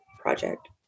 project